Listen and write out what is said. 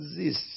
exist